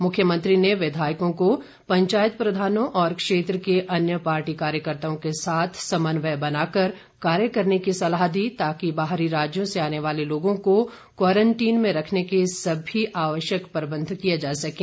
मुख्यमंत्री ने विधायकों को पंचायत प्रधानों और क्षेत्र के अन्य पार्टी कार्यकर्ताओं के साथ समन्वय बनाकर कार्य करने की सलाह दी ताकि बाहरी राज्यों से आने वाले लोगों को क्वारंटीन में रखने के सभी आवश्यक प्रबन्ध किए जा सकें